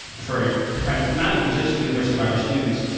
for not even just university of iowa students,